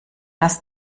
das